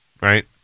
right